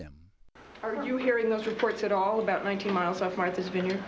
are you hearing those reports at all about ninety miles off martha's vineyard